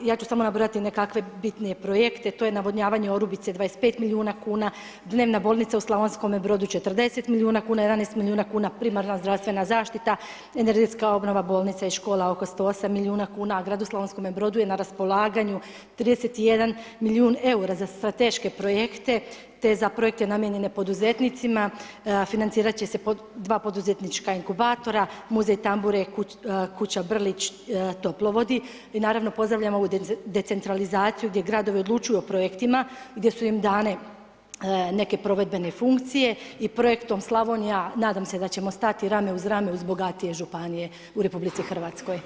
Ja ću samo nabrojati nekakve bitnije projekte, to je navodnjavanje Orubice 25 milijuna kuna, Dnevna bolnica u Slavonskome Brodu 40 milijuna kuna, 11 milijuna kuna primarna zdravstvena zaštita, energetska obnova bolnica i škola oko 108 milijuna kuna, gradu Slavonskome Brodu je na raspolaganju 31 milijun EUR-a za strateške projekte, te za projekte namijenjene poduzetnicima, financirati će se dva poduzetnička inkubatora, Muzej tambure i Kuća Brlić, Toplo vodi i naravno, pozdravljamo ovu decentralizaciju gdje gradovi odlučuju o projektima, gdje su im dane neke provedbene funkcije i Projektom Slavonija, nadam se da ćemo stati rame uz rame uz bogatije županije u RH.